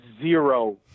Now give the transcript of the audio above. zero